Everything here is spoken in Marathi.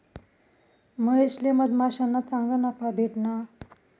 महेशले मधमाश्याना चांगला नफा भेटना